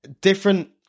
different